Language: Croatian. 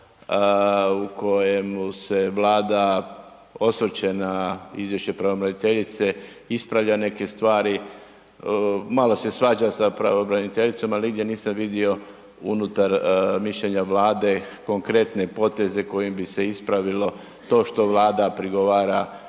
u kojemu se Vlada osvrće na izvješće pravobraniteljice, ispravlja neke stvari, malo se svađa sa pravobraniteljicom ali nigdje nisam vidio unutar mišljenja Vlade konkretne poteze kojim bi se ispravilo to što Vlada prigovara